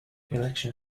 election